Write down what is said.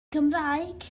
gymraeg